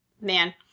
man